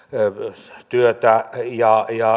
leudossa työtään ja ja